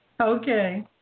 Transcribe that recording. Okay